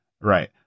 right